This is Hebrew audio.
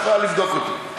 את יכולה לבדוק אותי.